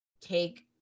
take